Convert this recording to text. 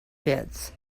pits